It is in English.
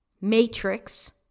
matrix